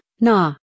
nah